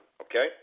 okay